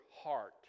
heart